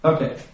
Okay